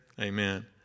amen